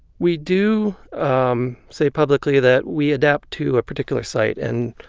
we do um say publicly that we adapt to a particular site and